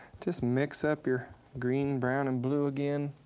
just mix up your green, brown, and blue again.